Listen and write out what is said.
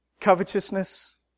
Covetousness